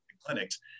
clinics